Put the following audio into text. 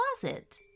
closet